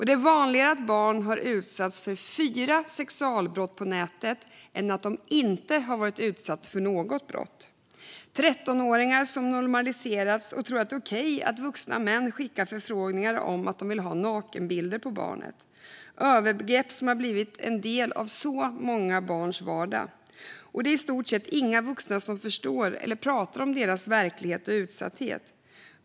Det är vanligare att barn har utsatts för fyra sexualbrott på nätet än att inte ha varit utsatt för något brott. För 13-åringar har det normaliserats. De tror att det är okej att vuxna män skickar förfrågningar om nakenbilder på barnet. Det är övergrepp som har blivit en del av så många barns vardag. Det är i stort sett inga vuxna som förstår eller pratar om barnens verklighet och utsatthet.